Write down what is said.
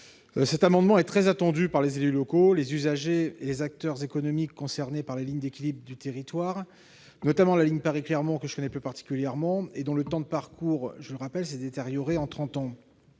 Cet amendement est très attendu par les élus locaux, les usagers et les acteurs économiques concernés par les lignes d'équilibre du territoire, notamment la ligne Paris-Clermont-Ferrand, que je connais plus particulièrement et dont le temps de parcours, je le rappelle, s'est détérioré en trente